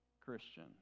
Christian